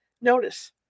Notice